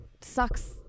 sucks